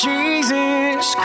Jesus